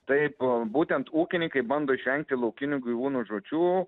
taip būtent ūkininkai bando išvengti laukinių gyvūnų žūčių